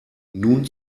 nun